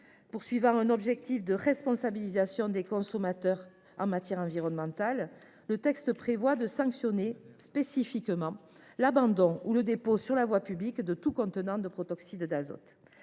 vente. Dans l’objectif de responsabiliser les consommateurs en matière environnementale, le texte prévoit de sanctionner l’abandon ou le dépôt sur la voie publique de tout contenant de protoxyde d’azote.